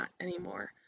anymore